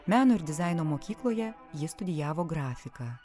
meno ir dizaino mokykloje ji studijavo grafiką